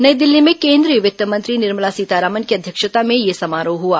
नई दिल्ली में केंद्रीय वित्त मंत्री निर्मला सीतारामन की अध्यक्षता में यह समारोह हुआ